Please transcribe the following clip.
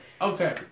Okay